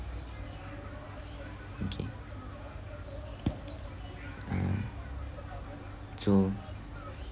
okay uh so